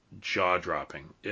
jaw-dropping